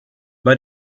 bei